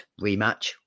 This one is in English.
rematch